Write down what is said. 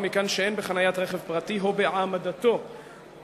ומכאן שאין בחניית רכב פרטי או בהעמדתו בתחום